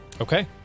Okay